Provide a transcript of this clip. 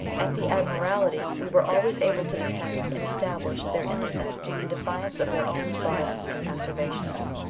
at the admiralty we were always able to detect and establish their innocence, in defiance of their own solemn asseverations.